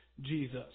Jesus